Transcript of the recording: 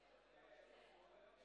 בבקשה.